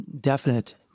definite